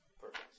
Perfect